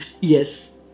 yes